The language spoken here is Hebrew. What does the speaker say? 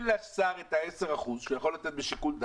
למשל דוח טליה ששון יכול להיות שיקול.